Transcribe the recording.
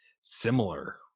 similar